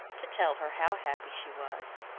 to tell her how happy she was.